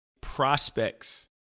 prospects